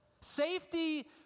Safety